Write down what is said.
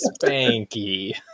spanky